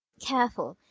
careful!